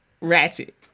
ratchet